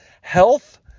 health